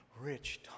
rich